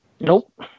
Nope